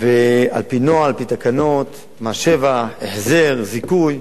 ועל-פי נוהל, על-פי תקנות, מס שבח, החזר, זיכוי,